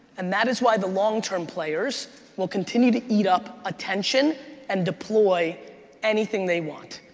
and that is why the long-term players will continue to eat up attention and deploy anything they want.